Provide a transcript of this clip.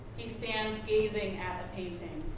he stands gazing at the painting.